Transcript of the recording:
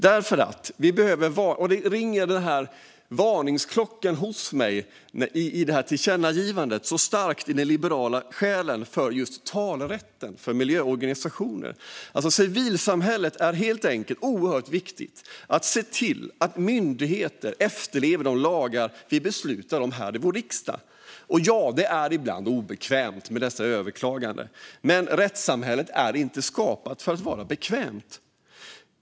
Här ringer det en stark varningsklocka i min liberala själ när det gäller just talerätten för miljöorganisationer. Civilsamhället är oerhört viktigt för att se till att myndigheter efterlever de lagar vi beslutar om här i vår riksdag. Och ja, det är ibland obekvämt med dessa överklaganden, men rättssamhället är inte skapat för att vara bekvämt.